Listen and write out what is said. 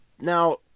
Now